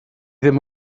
ddim